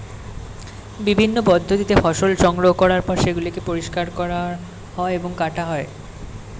বিভিন্ন পদ্ধতিতে ফসল সংগ্রহ করার পর সেগুলোকে পরিষ্কার করা হয় এবং কাটা হয়